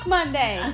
Monday